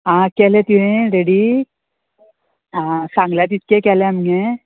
आं केले तुवें रेडी आं सांगल्या तितकें केल्या मगे